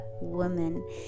woman